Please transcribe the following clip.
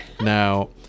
now